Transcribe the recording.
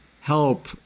help